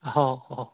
অঁ অঁ